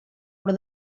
però